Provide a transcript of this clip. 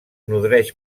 nodreix